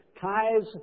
tithes